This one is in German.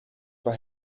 war